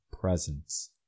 presence